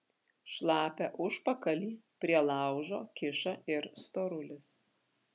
šlapią užpakalį prie laužo kiša ir storulis